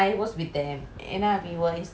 mm